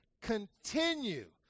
continue